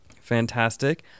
Fantastic